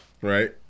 Right